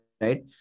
right